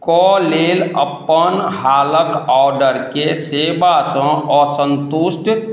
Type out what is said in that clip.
कऽ लेल अपन हालक ऑर्डरके सेबासँ असन्तुष्ट